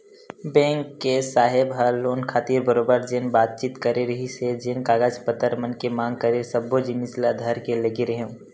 bank के साहेब ह लोन खातिर बरोबर जेन बातचीत करे रिहिस हे जेन कागज पतर मन के मांग करे सब्बो जिनिस ल धर के लेगे रेहेंव